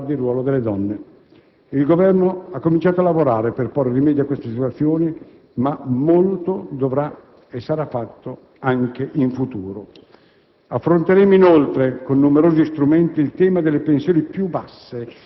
In particolare, l'Italia registra ancora un grave ritardo per quanto riguarda il ruolo delle donne. Il Governo ha cominciato a lavorare per porre rimedio a queste situazioni, ma molto dovrà e sarà fatto anche in futuro.